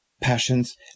passions